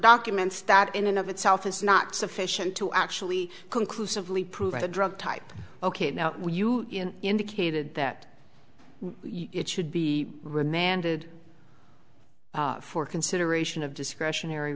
documents that in and of itself is not sufficient to actually conclusively prove a drug type ok now you indicated that it should be remanded for consideration of discretionary